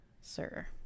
sir